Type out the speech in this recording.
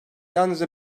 yalnızca